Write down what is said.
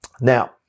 Now